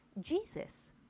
Jesus